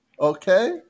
okay